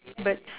but